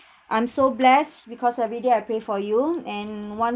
I'm so blessed because every day I pray for you and one